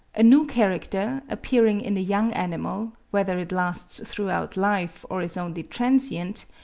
a new character, appearing in a young animal, whether it lasts throughout life or is only transient,